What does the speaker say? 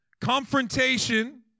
confrontation